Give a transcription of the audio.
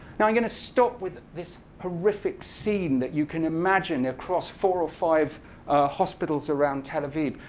now i'm going to stop with this horrific scene that you can imagine across four or five hospitals around tel aviv,